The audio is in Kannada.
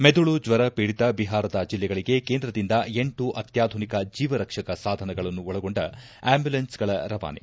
ಮೆದುಳು ಜ್ವರ ಪೀಡಿತ ಬಿಹಾರದ ಜಿಲ್ಲೆಗಳಿಗೆ ಕೇಂದ್ರದಿಂದ ಎಂಟು ಅತ್ನಾಧುನಿಕ ಜೀವರಕ್ಷಕ ಸಾಧನಗಳನ್ನು ಒಳಗೊಂಡ ಆಬ್ಬುಲೆನ್ಸ್ಗಳ ರವಾನೆ